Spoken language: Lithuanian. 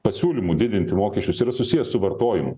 pasiūlymu didinti mokesčius yra susijęs su vartojimu